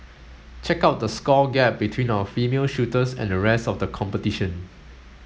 check out the score gap between our female shooters and the rest of the competition